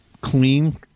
clean